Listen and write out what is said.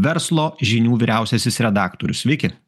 verslo žinių vyriausiasis redaktorius sveiki